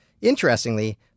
Interestingly